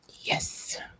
Yes